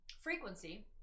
Frequency